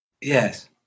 yes